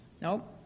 Nope